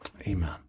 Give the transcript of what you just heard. Amen